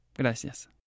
Gracias